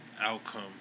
Outcome